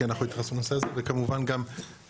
כי אנחנו התייחסנו לנושא הזה וכמובן גם איל"ה,